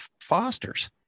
Fosters